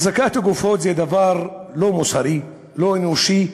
החזקת הגופות זה דבר לא מוסרי, לא אנושי.